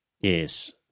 Yes